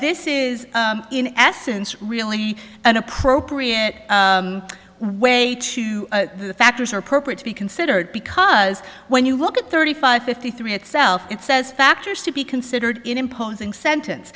this is in essence really an appropriate way to the factors or appropriate to be considered because when you look at thirty five fifty three itself it says factors to be considered in imposing sentence